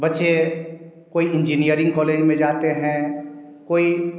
बच्चें कोई engineering college में जाते हैं कोई